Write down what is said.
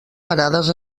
parades